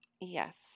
Yes